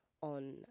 on